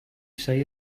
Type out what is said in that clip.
say